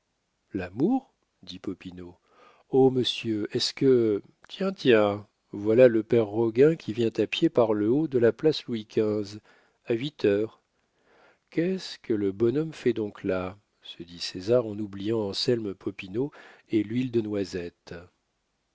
l'amour dit popinot oh monsieur est-ce que tiens tiens voilà le père roguin qui vient à pied par le haut de la place louis xv à huit heures qu'est-ce que le bonhomme fait donc là se dit césar en oubliant anselme popinot et l'huile de noisette